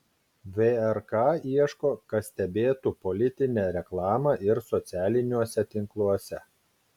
vrk ieško kas stebėtų politinę reklamą ir socialiniuose tinkluose